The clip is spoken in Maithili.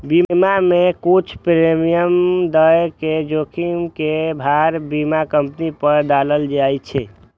बीमा मे किछु प्रीमियम दए के जोखिम के भार बीमा कंपनी पर डालल जाए छै